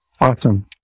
awesome